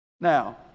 Now